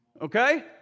Okay